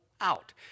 out